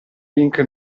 link